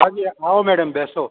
હા મેડમ બેસો